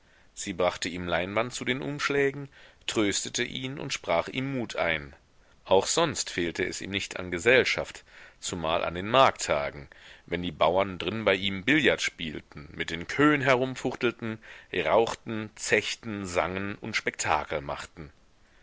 sie brachte ihm leinwand zu den umschlägen tröstete ihn und sprach ihm mut ein auch sonst fehlte es ihm nicht an gesellschaft zumal an den markttagen wenn die bauern drin bei ihm billard spielten mit den queuen herumfuchtelten rauchten zechten sangen und spektakel machten